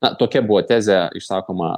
na tokia buvo tezė išsakoma